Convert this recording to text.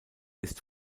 ist